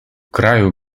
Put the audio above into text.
kraju